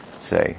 say